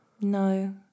No